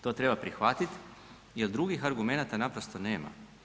To treba prihvatiti jer drugih argumenata naprosto nema.